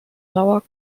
lower